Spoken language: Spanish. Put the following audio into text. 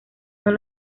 son